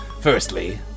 Firstly